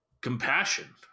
compassion